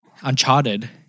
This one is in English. Uncharted